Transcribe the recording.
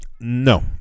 No